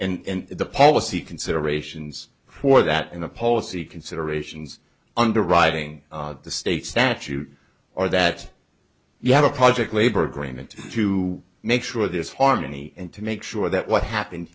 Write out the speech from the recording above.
project and the policy considerations for that in the policy considerations under riding the state statute are that you have a project labor agreement to make sure this harmony and to make sure that what happened